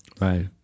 Right